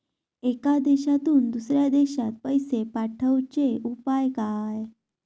एका देशातून दुसऱ्या देशात पैसे पाठवचे उपाय काय?